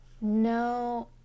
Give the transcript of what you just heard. No